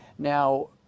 Now